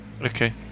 Okay